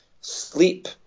sleep